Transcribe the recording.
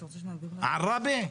עראבה?